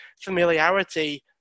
familiarity